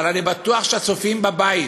אבל אני בטוח שהצופים בבית,